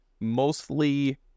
mostly